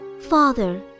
Father